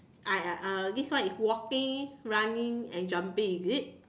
I I uh this one is walking running and jumping is it